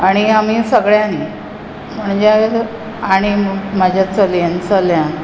आनी आमी सगळ्यांनी म्हणजे हांणे म्हाज्या चलयेन चल्यान